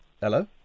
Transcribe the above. Hello